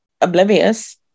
oblivious